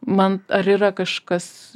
man ar yra kažkas